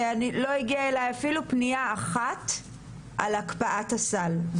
שלא הגיעה אלי אפילו פנייה אחת על הקפאת הסל.